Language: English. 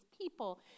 people